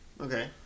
okay